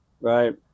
right